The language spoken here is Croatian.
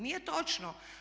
Nije točno.